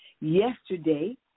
yesterday